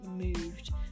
moved